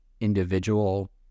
individual